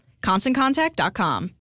ConstantContact.com